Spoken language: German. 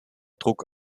druck